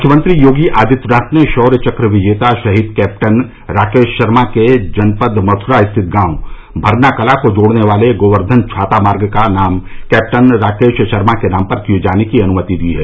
मुख्यमंत्री योगी आदित्यनाथ ने शौर्य चक्र विजेता शहीद कैप्टन राकेश शर्मा के जनपद मथुरा स्थित गांव भरनाकला को जोड़ने वाले गोवर्धन छाता मार्ग का नाम कैप्टन राकेश शर्मा के नाम पर किये जाने की अनुमति दी है